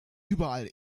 überall